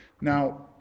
Now